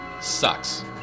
sucks